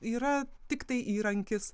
yra tiktai įrankis